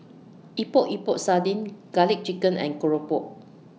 Epok Epok Sardin Garlic Chicken and Keropok